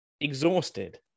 exhausted